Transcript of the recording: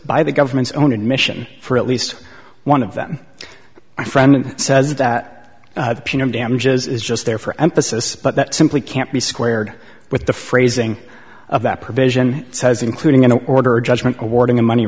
by the government's own admission for at least one of them my friend says that damages is just there for emphasis but that simply can't be squared with the phrasing of that provision says including an order judgment awarding the money